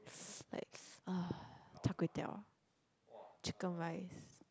like ah char-kway-teow ah chicken rice